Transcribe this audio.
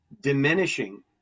diminishing